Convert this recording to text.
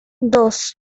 dos